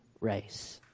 race